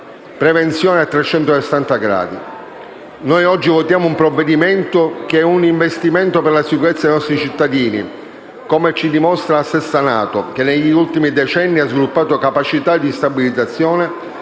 prevenzione a 360 gradi.